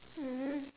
mmhmm